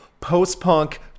Post-punk